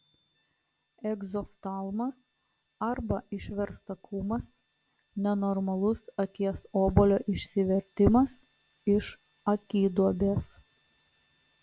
egzoftalmas arba išverstakumas nenormalus akies obuolio išsivertimas iš akiduobės